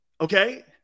okay